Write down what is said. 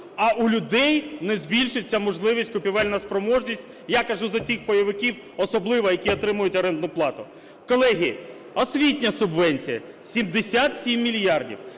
а у людей не збільшиться можливість, купівельна спроможність. Я кажу за тих пайовиків, особливо, які отримують орендну плату. Колеги, освітня субвенція – 77 мільярдів